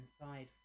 inside